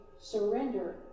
surrender